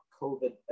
COVID